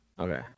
okay